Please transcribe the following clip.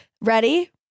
Ready